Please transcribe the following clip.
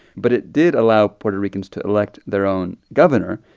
but it did allow puerto ricans to elect their own governor.